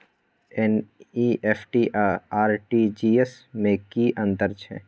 NEFT आ RTGS में की अन्तर छै?